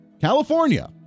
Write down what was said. California